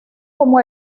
como